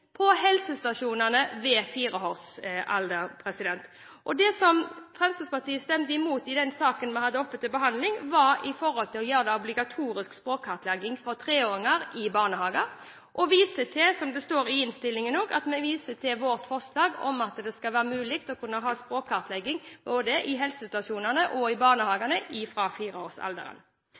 på helsestasjonene ved fireårsalderen. Det som Fremskrittspartiet stemte imot i den saken vi hadde oppe til behandling, var å foreta en obligatorisk kartlegging av 3-åringer i barnehager, og vi viste til – som det står i innstillingen også – forslag om at det skulle være mulig å ha språkkartlegging både på helsestasjonene og i barnehagene fra